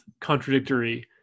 contradictory